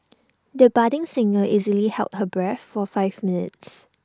the budding singer easily held her breath for five minutes